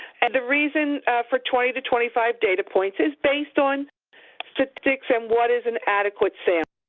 and the reason for twenty to twenty five data points is based on statistics and what is an adequate sample.